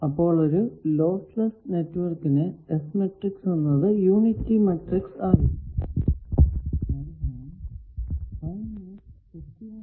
അപ്പോൾ ഒരു loss less നെറ്റ്വർക്കിന്റെ S മാട്രിക്സ് എന്നത് യൂണിറ്ററി മാട്രിക്സ് ആയിരിക്കും